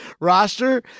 roster